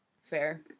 Fair